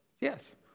Yes